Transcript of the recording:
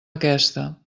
aquesta